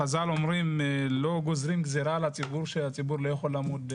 חז"ל אומרים לא גוזרים גזרה על הציבור שהציבור לא יכול לעמוד בה.